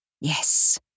Yes